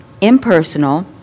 impersonal